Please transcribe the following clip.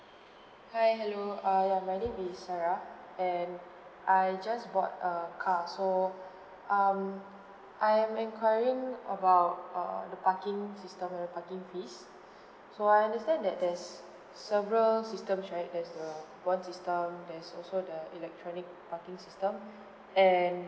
hi hello uh ya my name is sarah and I just bought a car so um I'm enquiring about uh the parking system and the parking fees so I understand that there's several systems right there's the coupon system there's also the electronic parking system and